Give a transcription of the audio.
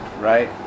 right